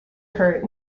her